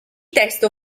testo